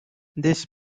this